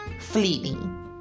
fleeting